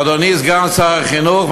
אדוני סגן שר החינוך,